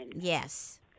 yes